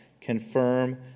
confirm